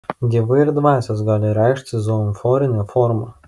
dievai ir dvasios gali reikštis zoomorfine forma